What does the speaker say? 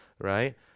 right